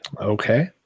Okay